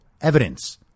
evidence